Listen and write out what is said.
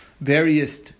various